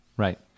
Right